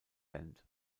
band